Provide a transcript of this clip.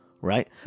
right